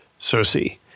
Cersei